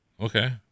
Okay